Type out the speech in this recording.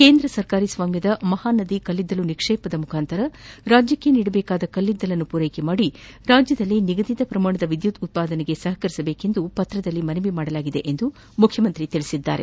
ಕೇಂದ್ರ ಸರ್ಕಾರಿ ಸ್ವಾಮ್ಯದ ಮಹಾನದಿ ಕಲ್ಲಿದ್ದಲು ನಿಕ್ಷೇಪ ಮುಖಾಂತರ ರಾಜ್ಯಕ್ಕೆ ನೀಡಬೇಕಾದ ಕಲ್ಲಿದ್ದಲನ್ನು ಮೂರೈಕೆ ಮಾಡಿ ರಾಜ್ಠದಲ್ಲಿ ನಿಗದಿತ ಪ್ರಮಾಣದ ವಿದ್ಯುತ್ ಉತ್ಪಾದನೆಗೆ ಸಪಕರಿಸುವಂತೆ ಪತ್ರದಲ್ಲಿ ಮನವಿ ಮಾಡಿರುವುದಾಗಿ ಮುಖ್ಯಮಂತ್ರಿ ತಿಳಿಸಿದ್ದಾರೆ